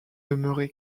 demeuré